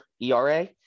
ERA